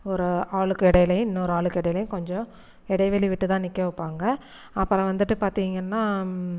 ஒரு ஆளுக்கு இடையிலையும் இன்னொரு ஆளுக்கு இடையிலையும் கொஞ்சம் இடைவெளி விட்டுதான் நிற்க வைப்பாங்க அப்புறம் வந்துட்டு பார்த்தீங்கன்னா